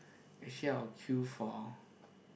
actually I will queue for